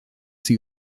sie